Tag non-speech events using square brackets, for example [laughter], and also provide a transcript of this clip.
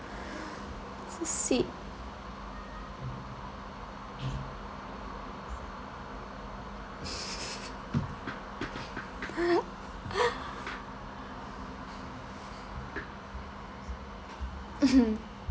so sweet [laughs] mmhmm